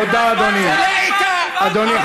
תודה, אדוני.